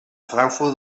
frankfurt